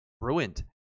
ruined